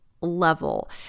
level